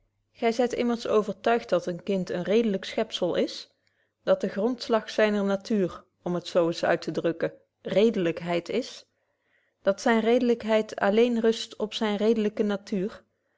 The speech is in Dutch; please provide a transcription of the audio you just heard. gy zyt immers overtuigt dat een kind een redelyk schepzel is dat de grondslag zyner natuur om het zo eens uittedrukken redelykheid is dat zyne zedelykheid alleen rust op zyne redelyke natuur